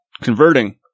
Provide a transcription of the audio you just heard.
converting